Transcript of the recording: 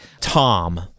Tom